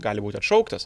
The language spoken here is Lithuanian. gali būt atšauktas